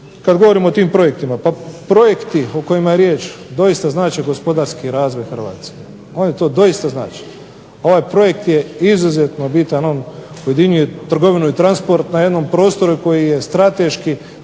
kada govorimo o tim projektima, pa projekti o kojima je riječ doista znači gospodarski razvoj Hrvatske, oni to doista znače. Ovaj projekt je izuzetno bitan, on ujedinjuje trgovinu i transport na jednom prostoru koji je strateški